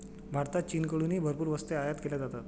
भारतात चीनकडून भरपूर वस्तू आयात केल्या जातात